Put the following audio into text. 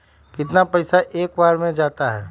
कितना पैसा एक बार में जाता है?